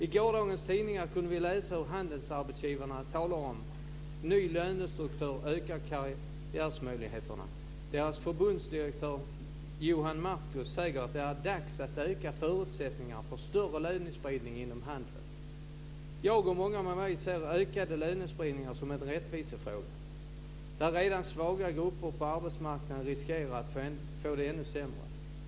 I gårdagens tidningar kunde vi läsa om hur handelsarbetsgivarna talade om att en ny lönestruktur ökade karriärmöjligheterna. Deras förbundsdirektör Johan Marcus säger att det är dags att öka förutsättningarna för större lönespridning inom handeln. Jag och många med mig ser den ökade lönespridningen som en rättvisefråga, där redan svaga grupper på arbetsmarknaden riskerar att få det ännu sämre.